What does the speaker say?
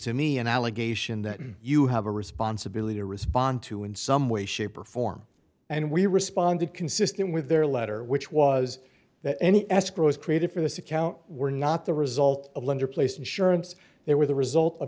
to me an allegation that you have a responsibility to respond to in some way shape or form and we responded consistent with their letter which was that any escrow is created for this account were not the result of lender placed insurance they were the result of